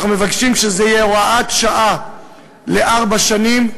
אנחנו מבקשים שזאת תהיה הוראת השעה לארבע שנים,